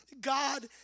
God